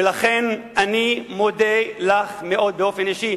ולכן אני מודה לך מאוד באופן אישי.